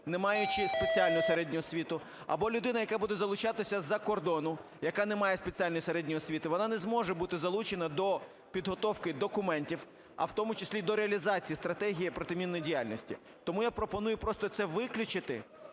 не маючи спеціальну середню освіту, або людина, яка буде залучатися з-за кордону, яка не має спеціальної середньої освіти, вона не зможе бути залучена до підготовки документів, а в тому числі до реалізації стратегії протимінної діяльності. Тому я пропоную просто це виключити